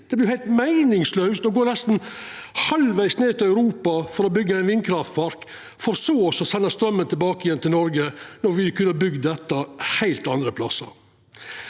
vert jo heilt meiningslaust å gå nesten halvvegs ned til Europa for å byggja ein vindkraftpark, for så å senda straumen tilbake til Noreg, når me kunne ha bygd dette heilt andre plassar.